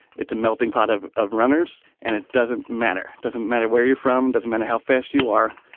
it's a melting pot of of runners. and it doesn't matter. doesn't matter where you're from. doesn't matter how fast you are.